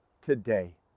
TODAY